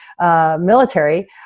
military